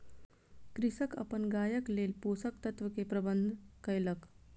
कृषक अपन गायक लेल पोषक तत्व के प्रबंध कयलक